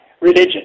religion